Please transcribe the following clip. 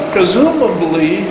Presumably